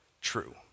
true